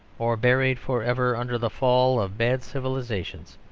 or buried forever under the fall of bad civilisations,